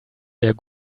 der